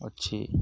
ଅଛି